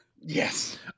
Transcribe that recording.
Yes